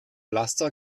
laster